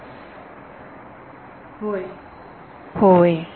विद्यार्थी होय होय